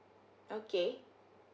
okay